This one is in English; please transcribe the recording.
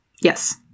Yes